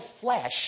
flesh